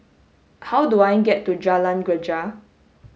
how do I get to Jalan Greja